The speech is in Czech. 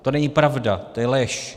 To není pravda, to je lež.